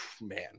man